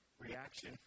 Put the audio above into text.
reaction